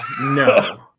no